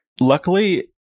Luckily